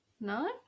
no